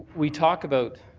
we talk about